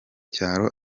cyaro